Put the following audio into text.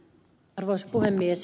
arvoisa puhemies